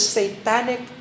satanic